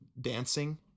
Dancing